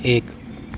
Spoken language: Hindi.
एक